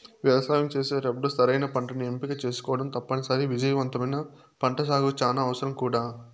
వ్యవసాయం చేసేటప్పుడు సరైన పంటను ఎంపిక చేసుకోవటం తప్పనిసరి, విజయవంతమైన పంటసాగుకు చానా అవసరం కూడా